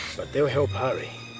but they'll help harry.